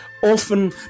Often